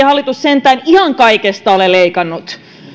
hallitus sentään ihan kaikesta ole leikannut